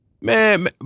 man